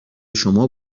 شما